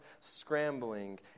scrambling